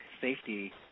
safety